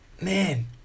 man